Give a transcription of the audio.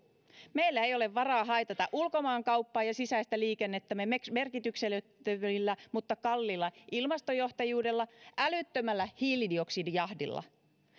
meillä ei ole varaa haitata ulkomaankauppaa ja sisäistä liikennettämme merkityksettömällä mutta kalliilla ilmastojohtajuudella älyttömällä hiilidioksidijahdilla